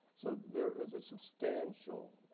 so there is a substantial